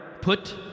put